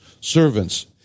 servants